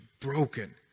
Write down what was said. broken